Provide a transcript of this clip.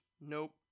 Nope